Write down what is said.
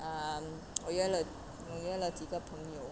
um 我约了 mm 约了几个朋友